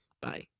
Bye